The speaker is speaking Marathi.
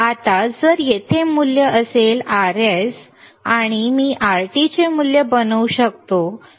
आता जर तेथे मूल्य असेल तर Rs चे मूल्य असू शकते आणि मी Rt चे मूल्य बनवू शकतो